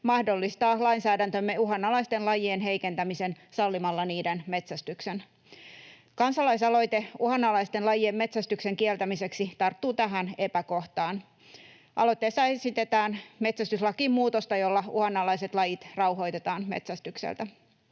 mahdollistaa lainsäädäntömme uhanalaisten lajien heikentämisen sallimalla niiden metsästyksen. Kansalaisaloite uhanalaisten lajien metsästyksen kieltämiseksi tarttuu tähän epäkohtaan. Aloitteessa esitetään metsästyslakiin muutosta, jolla uhanalaiset lajit rauhoitetaan metsästykseltä.